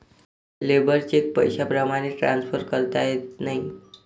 labour check पैशाप्रमाणे transfer करता येत नाही